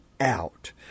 out